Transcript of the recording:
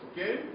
okay